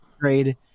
trade